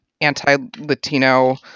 anti-Latino